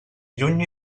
lluny